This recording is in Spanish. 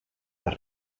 las